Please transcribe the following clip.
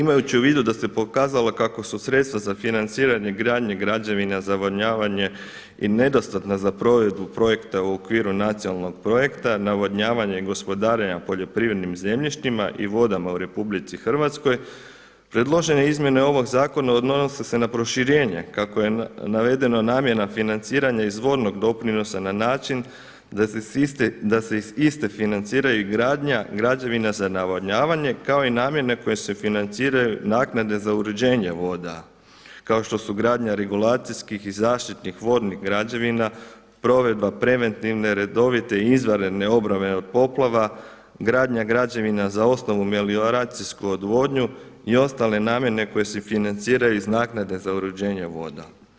Imajući u vidu da se pokazalo da su sredstva za financiranje gradnje građevina za navodnjavanje i nedostatna za provedbu projekta u okviru nacionalnog projekta navodnjavanja i gospodarenja poljoprivrednim zemljištima i vodama u Republici Hrvatskoj, predložene izmjene ovog zakona odnose se na proširenje, kako je navedeno namjena financiranja iz vodnog doprinosa na način da se iz iste financira i gradnja građevina za navodnjavanje kao i namjene koje se financiraju iz naknade za uređenje voda, kao što su gradnja regulacijskih i zaštitnih vodnih građevina, provedba preventivne redovite i izvanredne obrane od poplava, gradnja građevina za osnovnu melioracijsku odvodnju i ostale namjene koje se financiraju iz naknade za uređenje voda.